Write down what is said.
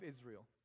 Israel